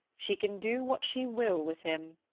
she can do what she will with him.